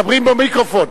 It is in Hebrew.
מדברים במיקרופון.